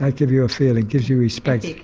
like gives you a feeling, gives you respect.